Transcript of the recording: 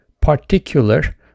particular